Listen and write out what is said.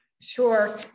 Sure